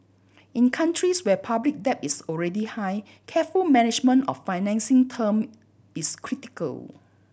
in countries where public debt is already high careful management of financing terms is critical